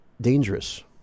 dangerous